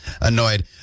Annoyed